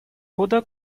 года